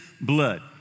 blood